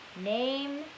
name